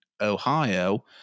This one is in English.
Ohio